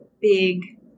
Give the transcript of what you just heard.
big